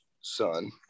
son